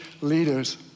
leaders